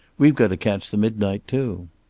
we've got to catch the midnight, too.